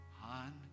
Hun